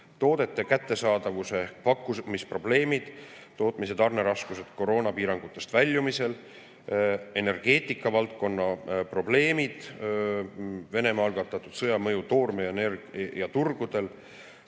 toodete kättesaadavuse ehk pakkumisprobleemid, tootmis- ja tarneraskused koroonapiirangutest väljumisel, energeetikavaldkonna probleemid, Venemaa algatatud sõja mõju toormeturgudel.